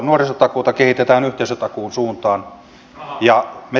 nuorisotakuuta kehitetään yhteisötakuun suuntaan